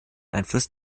einfluss